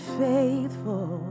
faithful